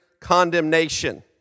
condemnation